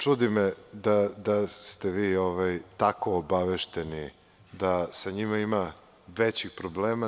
Čudi me da ste vi tako obavešteni, da sa njima ima većih problema.